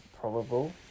probable